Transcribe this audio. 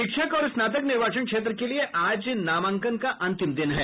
शिक्षक और स्नातक निर्वाचन क्षेत्र के लिए आज नामांकन का अंतिम दिन है